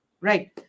right